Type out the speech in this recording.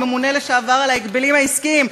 הממונה לשעבר על ההגבלים העסקיים,